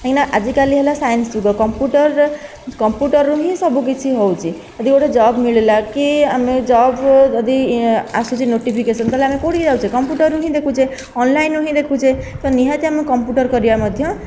କାହିଁକିନା ଆଜିକାଲି ହେଲା ସାଇନ୍ସ ଯୁଗ କମ୍ପ୍ୟୁଟର କମ୍ପ୍ୟୁଟରରୁ ହିଁ ସବୁ କିଛି ହେଉଛି ଯଦି ଗୋଟେ ଜବ୍ ମିଳିଲା କି ଆମେ ଜବ୍ ଯଦି ଆସୁଛି ନୋଟିଫିକେସନ ଆମେ କେଉଁଠି ଯାଉଛେ କମ୍ପ୍ୟୁଟରରୁ ହିଁ ଦେଖୁଛେ ଅନଲାଇନ ରୁ ହିଁ ଦେଖୁଛେ ତେଣୁ ନିହାତି ଆମକୁ କମ୍ପ୍ୟୁଟର କରିବା ମଧ୍ୟ